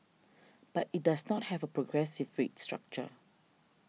but it does not have a progressive rate structure